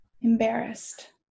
embarrassed